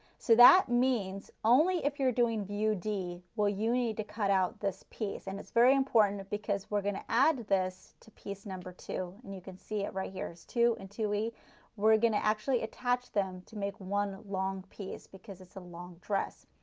so that means only if you are doing view d will you need to cut out this piece and it's very important because we are going to add this to piece number two and you can see it right here is two and two e. we are going to actually attach them to make one long piece because it's a long dress.